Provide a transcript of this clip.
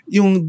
Yung